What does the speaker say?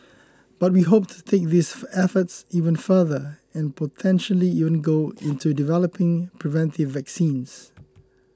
but we hope to take these efforts even further and potentially even go into developing preventive vaccines